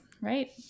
right